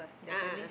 a'ah a'ah